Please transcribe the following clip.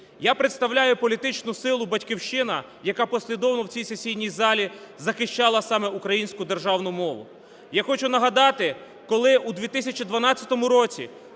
Я представляю політичну силу "Батьківщина", яка послідовно в цій сесійній залі захищала саме українську державну мову. Я нагадати, коли у 2012 році